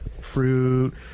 Fruit